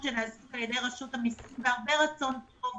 שנעשו בידי רשות המסיים בהרבה רצון טוב,